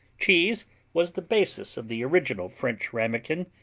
cheese was the basis of the original french ramequin,